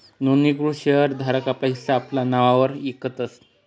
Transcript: नोंदणीकृत शेर धारक आपला हिस्सा आपला नाववर इकतस